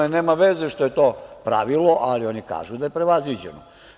Nema veze što je to pravilo, ali oni kažu da je to prevaziđeno.